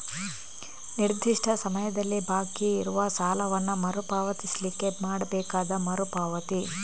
ನಿರ್ದಿಷ್ಟ ಸಮಯದಲ್ಲಿ ಬಾಕಿ ಇರುವ ಸಾಲವನ್ನ ಮರು ಪಾವತಿಸ್ಲಿಕ್ಕೆ ಮಾಡ್ಬೇಕಾದ ಮರು ಪಾವತಿ